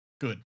Good